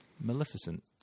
Maleficent